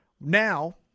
Now